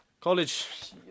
College